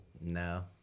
no